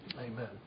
Amen